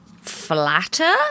flatter